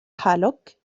حالك